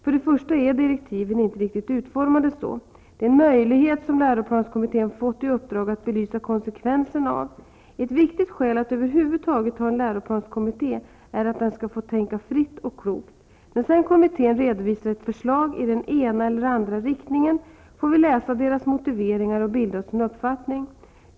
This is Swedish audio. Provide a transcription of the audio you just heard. Först och främst är direktiven inte utformade så. Detta är en möjlighet som läroplanskommittén fått i uppdrag att belysa konsekvenserna av. Ett viktigt skäl att över huvud taget ha en läroplanskommitté är att den skall få tänka fritt och klokt. När sedan kommittén redovisar ett förslag i den ena eller den andra riktningen, får vi läsa deras motiveringar och bilda oss en uppfattning.